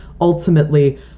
ultimately